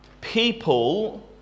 people